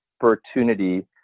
opportunity